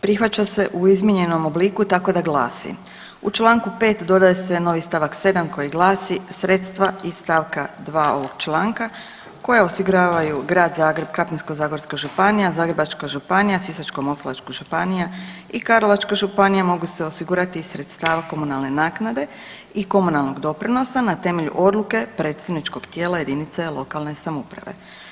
Prihvaća se u izmijenjenom obliku tako da glasi, u čl. 5. dodaje se novi stavak 7. koji glasi, sredstva iz stavka 2. ovog članka koje osiguravaju Grad Zagreb, Krapinsko-zagorska županija, Zagrebačka županija, Sisačko-moslavačka županija i Karlovačka županija, mogu se osigurati iz sredstava komunalne naknade i komunalnog doprinosa na temelju odluke predsjedničkog tijela jedinice lokalne samouprave.